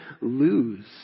lose